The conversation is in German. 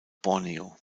borneo